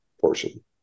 portion